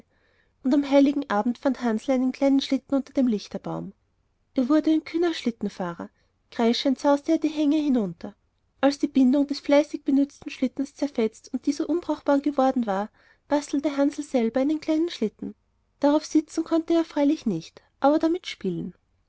und am heiligen abend fand hansl einen kleinen schlitten unter dem lichterbaum er wurde ein kühner schlittenfahrer kreischend sauste er die hänge hinunter als die bindungen des fleißig benützten schlittens zerfetzt und dieser unbrauchbar geworden war bastelte hansl selber einen kleinen schlitten drauf sitzen konnte er freilich nicht aber damit spielen